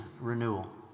renewal